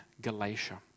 Galatia